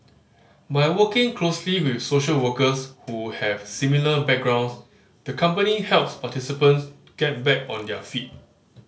by working closely with social workers who have similar backgrounds the company helps participants get back on their feet